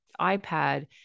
iPad